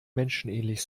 menschenähnlich